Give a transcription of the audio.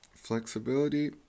Flexibility